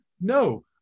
No